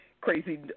crazy